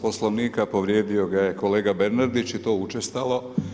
Poslovnika, povrijedio ga je kolega Bernardić i to učestalo.